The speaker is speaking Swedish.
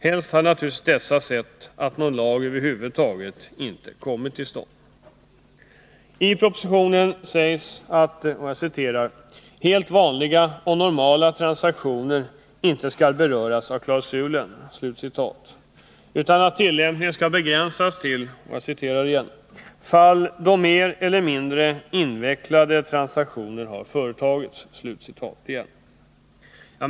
Helst hade naturligtvis dessa sett att någon lag över huvud taget inte hade kommit till stånd. I propositionen sägs att ”helt vanliga och normala transaktioner” inte skall beröras av klausulen, utan tillämpningen skall begränsas till ”de fall då mer eller mindre invecklade transaktioner har företagits”.